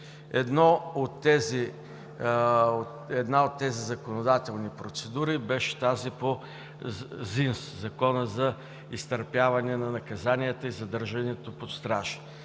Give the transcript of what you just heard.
Една от законодателните процедури беше тази по ЗИНЗС – Закона за изтърпяване на наказанията и задържането под стража.